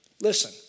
Listen